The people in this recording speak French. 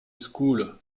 school